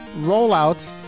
rollout